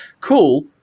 cool